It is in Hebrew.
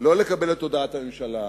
לא לקבל את הודעת הממשלה,